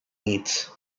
meats